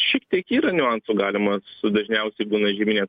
šiek tiek yra niuansų galima su dažniausiai būna žieminės